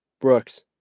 Brooks